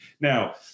Now